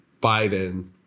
Biden